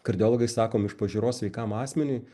kardiologai sakom iš pažiūros sveikam asmeniui